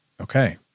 okay